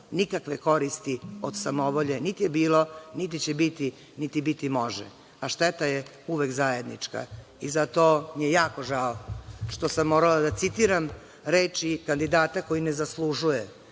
Nikakve koristi od samovolje niti je bilo, niti će biti, niti biti može, a šteta je uvek zajednička. Zato mi je jako žao što sam morala da citiram reči kandidata koji ne zaslužuje